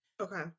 Okay